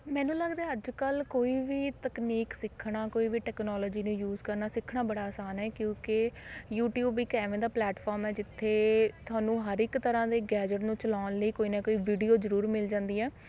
ਮੈਨੂੰ ਲੱਗਦਾ ਹੈ ਅੱਜ ਕੱਲ੍ਹ ਕੋਈ ਵੀ ਤਕਨੀਕ ਸਿੱਖਣਾ ਕੋਈ ਵੀ ਟਕਨੋਲਜੀ ਨੂੰ ਯੂਜ਼ ਕਰਨਾ ਸਿੱਖਣਾ ਬੜਾ ਆਸਾਨ ਹੈ ਕਿਉਂਕਿ ਯੂਟਿਊਬ ਇੱਕ ਐਵੇਂ ਦਾ ਪਲੈਟਫਾਰਮ ਆ ਜਿੱਥੇ ਤੁਹਾਨੂੰ ਹਰ ਇੱਕ ਤਰ੍ਹਾਂ ਦੇ ਗੈਜਟ ਨੂੰ ਚਲਾਉਣ ਲਈ ਕੋਈ ਨਾ ਕੋਈ ਵੀਡੀਓ ਜਰੂਰ ਮਿਲ ਜਾਂਦੀ ਆ